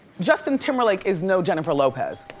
justin timberlake is no jennifer lopez.